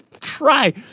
try